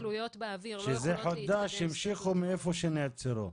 וכשזה חודש המשיכו מאיפה שעצרו.